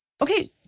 Okay